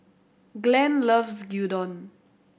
Glenn loves Gyudon